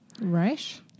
right